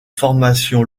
formation